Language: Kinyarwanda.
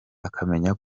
akamenya